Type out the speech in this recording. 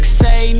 say